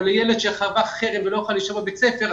לילד שעבר חרם ולא יכול היה להישאר בבית הספר?